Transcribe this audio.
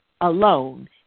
alone